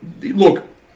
look